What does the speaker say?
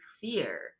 fear